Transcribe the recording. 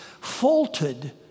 faulted